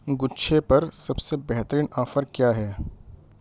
گچھے پر سب سے بہترین آفر کیا ہے